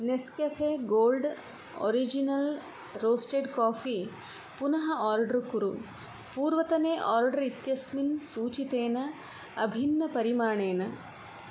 Nescafe gold original roasted coffee पुनः order कुरु पूर्वतने ओर्डर् इत्यस्मिन् सूचितेन अभिन्नपरिमाणेन